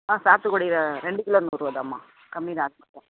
ஆ சாத்துக்குடியில ரெண்டு கிலோ நூறுவாதாம்மா கம்மி தான் அது மட்டும்